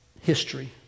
history